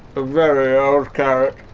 a very old carrot.